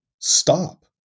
Stop